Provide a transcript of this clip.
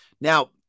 Now